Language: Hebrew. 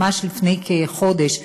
ממש לפני כחודש,